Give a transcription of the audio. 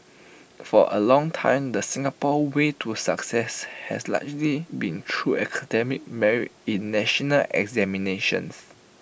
for A long time the Singapore way to success has largely been through academic merit in national examinations